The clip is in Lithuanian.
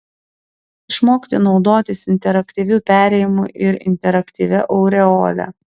išmokti naudotis interaktyviu perėjimu ir interaktyvia aureole